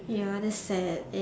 ya that's sad